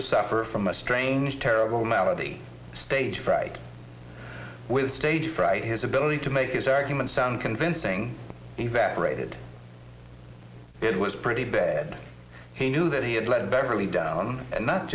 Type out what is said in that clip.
to suffer from a strange terrible malady stage fright with stage fright his ability to make his arguments sound convincing evaporated it was pretty bad he knew that he had let beverly down and not